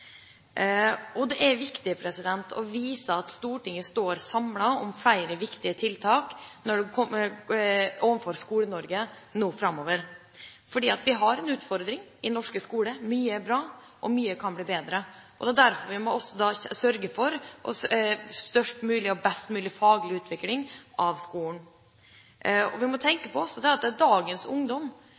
nivå. Det er viktig å vise at Stortinget står samlet om flere viktige tiltak overfor Skole-Norge nå framover, for vi har en utfordring i den norske skolen. Mye er bra, men mye kan bli bedre. Derfor må vi sørge for størst mulig og best mulig faglig utvikling av skolen. Vi må også tenke på at det er dagens ungdom,